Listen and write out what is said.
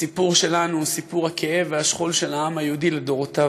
הסיפור שלנו הוא סיפור הכאב והשכול של העם היהודי לדורותיו.